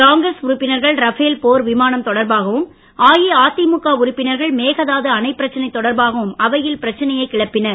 காங்கிரஸ் உறுப்பினர்கள் ரஃபேல் போர் விமானம் தொடர்பாகவும் அஇஅதிமுக உறுப்பினர்கள் மேகதாது அணைப் பிரச்சனை தொடர்பாகவும் அவையில் பிரச்சனையைக் கிளப்பினர்